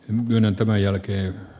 myönnän tämän jälkeen